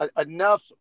Enough